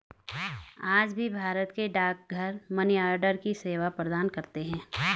आज भी भारत के डाकघर मनीआर्डर की सेवा प्रदान करते है